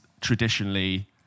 traditionally